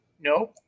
No